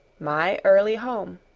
my early home